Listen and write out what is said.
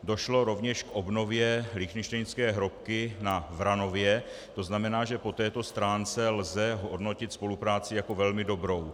Došlo rovněž k obnově lichtenštejnské hrobky na Vranově, to znamená, že po této stránce lze hodnotit spolupráci jako velmi dobrou.